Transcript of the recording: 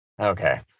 Okay